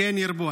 כן ירבו.